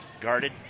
Guarded